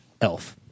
Elf